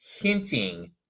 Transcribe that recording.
hinting